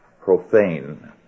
profane